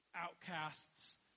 outcasts